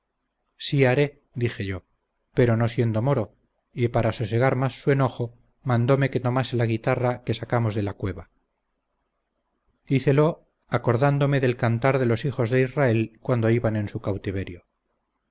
sí haré dije yo pero no siendo moro y para sosegar más su enojo mandome que tomase la guitarra que sacamos de la cueva hicelo acordándome del cantar de los hijos de israel cuando iban en su cautiverio